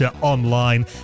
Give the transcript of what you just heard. online